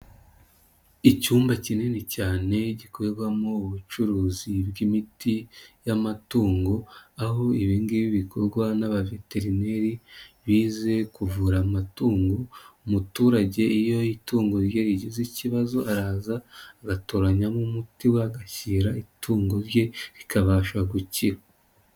Icyumba kinini cyane gikorrerwamo ubucuruzi bw'imiti y'amatungo aho ibgi bikorwa n'abaveterineri bize kuvura amatungo umuturage iyo itungo rye rigize ikibazo araza agatoranyamo umuti we agashyira itungo rye rikabasha gukira.